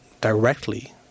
directly